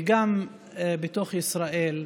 וגם בתוך ישראל,